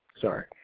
Sorry